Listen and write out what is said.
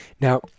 Now